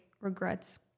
regrets